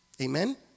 Amen